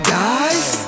guys